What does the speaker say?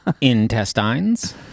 Intestines